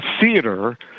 theater